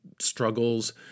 struggles